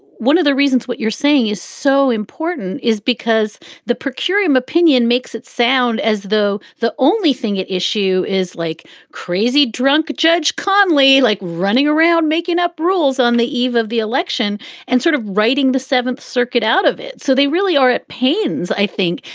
one of the reasons what you're saying is so important is because the per curiam opinion makes it sound as though the only thing at issue is like crazy drunk. judge connelly, like running around, making up rules on the eve of the election and sort of writing the seventh circuit out of it. so they really are at pains, i think,